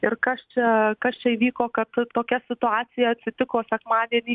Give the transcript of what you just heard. ir kas čia kas čia įvyko kad tokia situacija atsitiko sekmadienį